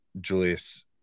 Julius